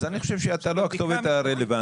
אז אני חושב שאתה לא הכתובת הרלוונטית.